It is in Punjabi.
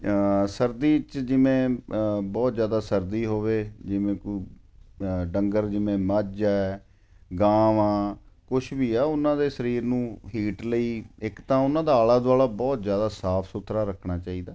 ਸਰਦੀ 'ਚ ਜਿਵੇਂ ਬਹੁਤ ਜ਼ਿਆਦਾ ਸਰਦੀ ਹੋਵੇ ਜਿਵੇਂ ਕੋਈ ਡੰਗਰ ਜਿਵੇਂ ਮੱਝ ਹੈ ਗਾਂ ਵਾ ਕੁਛ ਵੀ ਆ ਉਹਨਾਂ ਦੇ ਸਰੀਰ ਨੂੰ ਹੀਟ ਲਈ ਇੱਕ ਤਾਂ ਉਹਨਾਂ ਦਾ ਆਲਾ ਦੁਆਲਾ ਬਹੁਤ ਜ਼ਿਆਦਾ ਸਾਫ਼ ਸੁਥਰਾ ਰੱਖਣਾ ਚਾਹੀਦਾ